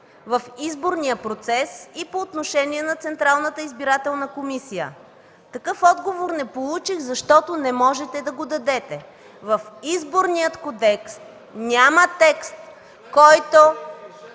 в изборния процес и по отношение на Централната избирателна комисия. Такъв отговор не получих, защото не можете да го дадете. В Изборния кодекс няма текст, който...